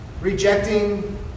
rejecting